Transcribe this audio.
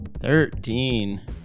Thirteen